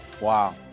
Wow